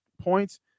points